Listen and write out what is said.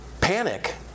panic